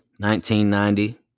1990